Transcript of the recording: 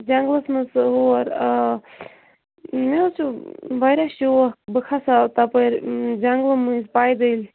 جَنٛگلَس منٛز سُہ ہور آب مےٚ حظ چھُ واریاہ شوق بہٕ کھَس ہا تَپٲرۍ جنٛگلہٕ مٔنٛزۍ پایدٔلۍ